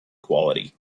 quality